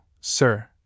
sir